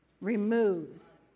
removes